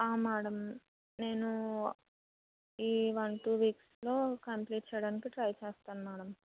madam నేను ఈ one two వీక్స్లో కంప్లీట్ చేయడానికి ట్రై చేస్తాను మేడమ్